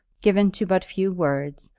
given to but few words,